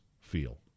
feel